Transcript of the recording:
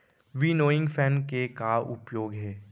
Winnowing fan के का उपयोग हे?